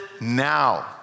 now